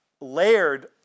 layered